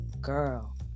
girl